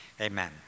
Amen